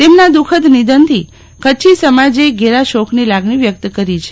તેમના દુઃખદ નિધનથી કચ્છી સમાજે ઘેર શોકની લાગણી વ્યક્ત કરી છે